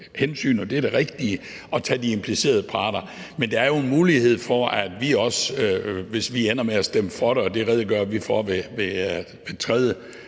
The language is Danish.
hensyn – og det er det rigtige at gøre – at tage implicerede parter med, men er der en mulighed for, at vi også, hvis vi ender med at stemme for det, og det redegør vi for ved